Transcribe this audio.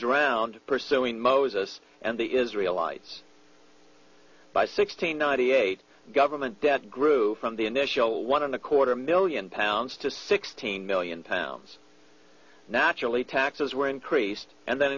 drowned pursuing moses and the israel lights by sixteen ninety eight government debt grew from the initial one and a quarter million pounds to sixteen million pounds naturally taxes were increased and then